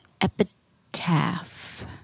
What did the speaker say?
epitaph